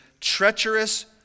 treacherous